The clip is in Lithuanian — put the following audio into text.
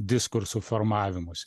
diskursų formavimusi